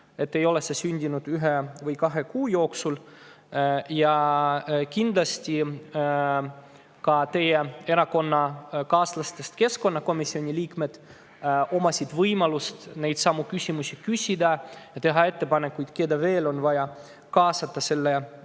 ei ole see sündinud ühe või kahe kuu jooksul. Ja kindlasti oli ka teie erakonnakaaslastest keskkonnakomisjoni liikmetel võimalus neidsamu küsimusi küsida ja teha ettepanekuid, keda veel on vaja kaasata selle